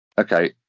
Okay